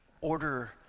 order